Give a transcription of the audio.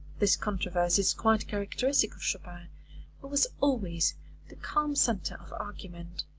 this controversy is quite characteristic of chopin who was always the calm centre of argument.